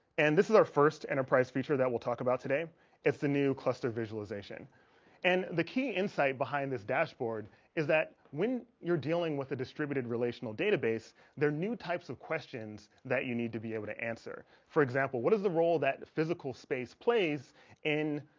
and this is our first enterprise feature that we'll talk about today it's the new cluster visualization and the key insight behind this dashboard is that when you're dealing with a distributed relational database there are new types of questions that you need to be able to answer for example what is the role that physical space plays in?